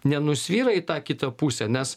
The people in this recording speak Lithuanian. nenusvyra į tą kitą pusę nes